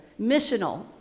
missional